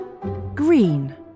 green